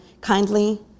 kindly